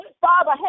Father